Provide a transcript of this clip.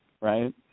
right